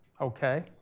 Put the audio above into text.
okay